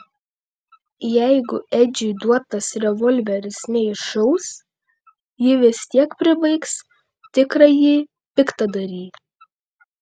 jeigu edžiui duotas revolveris neiššaus ji vis tiek pribaigs tikrąjį piktadarį